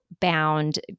bound